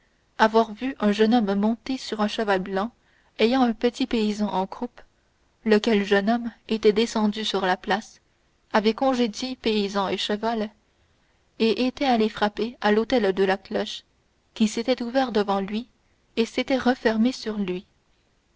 avoir vu un jeune homme monté sur un cheval blanc ayant un petit paysan en croupe lequel jeune homme était descendu sur la place avait congédié paysan et cheval et était allé frapper à l'hôtel de la cloche qui s'était ouvert devant lui et s'était refermé sur lui